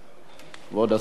אני אמרתי